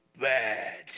bad